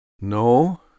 No